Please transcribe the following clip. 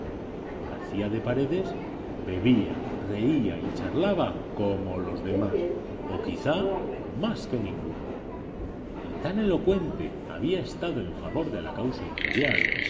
garcía de paredes bebía reía y charlaba como los demás o quizá más que ninguno y tan elocuente había estado en favor de la causa imperial